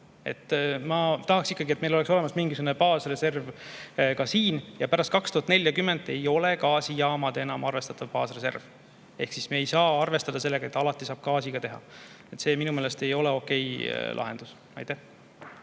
Ma tahaks ikkagi, et meil oleks olemas mingisugune baasreserv ka siin. Ja pärast 2040. aastat ei ole gaasijaamad enam arvestatav baasreserv. Ehk siis me ei saa arvestada sellega, et alati saab gaasiga teha. See minu meelest ei ole okei lahendus. Tiit